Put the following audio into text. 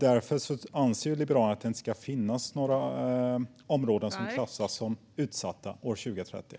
Därför anser Liberalerna att det inte ska finnas några områden som klassas som utsatta år 2030.